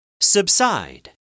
Subside